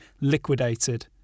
liquidated